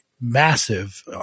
massive